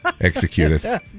executed